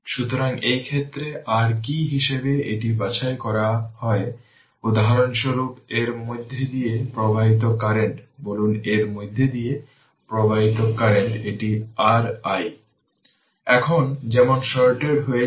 সুতরাং এটি ওপেন এবং এই 10 Ω রেজিস্টেন্স এর মধ্য দিয়ে প্রবাহিত হচ্ছে না কারণ এটি ওপেন সার্কিট